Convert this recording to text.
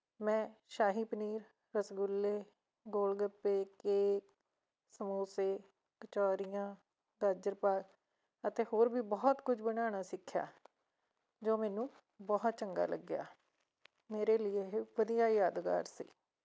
ਮੈਂ ਸ਼ਾਹੀ ਪਨੀਰ ਰਸਗੁੱਲੇ golgappe cake ਸਮੋਸੇ ਕਚੌਰੀਆਂ ਗਾਜਰ ਪਾਕ ਅਤੇ ਹੋਰ ਵੀ ਬਹੁਤ ਕੁਝ ਬਣਾਉਣਾ ਸਿੱਖਿਆ ਜੋ ਮੈਨੂੰ ਬਹੁਤ ਚੰਗਾ ਲੱਗਿਆ ਮੇਰੇ ਲਈ ਇਹ ਵਧੀਆ ਯਾਦਗਾਰ ਸੀ